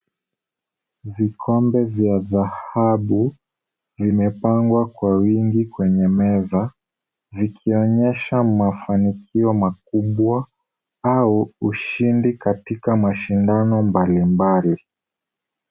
Vikombe vya dhahabu vimepangwa kwa wingi kwenye meza, vikionyesha mafanikio makubwa au ushindi katika mashindano mbalimbali.